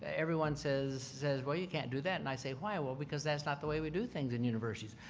everyone says says well you can't do that and i say why? well because that's not the way we do things in universities.